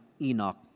Enoch